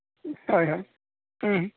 ᱦᱳᱭ ᱦᱳᱭ ᱦᱚᱸ